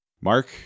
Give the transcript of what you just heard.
Mark